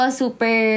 super